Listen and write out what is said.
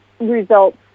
results